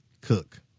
Cook